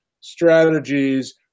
strategies